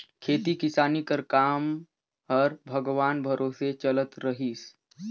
खेती किसानी कर काम हर भगवान भरोसे चलत रहिस